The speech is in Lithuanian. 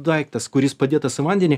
daiktas kuris padėtas į vandenį